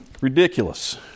Ridiculous